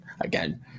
again